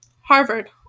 Harvard